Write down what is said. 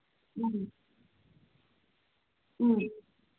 ꯎꯝ ꯎꯝ